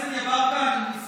טוב, יפה.